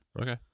Okay